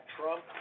Trump